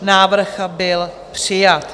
Návrh byl přijat.